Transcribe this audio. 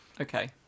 Okay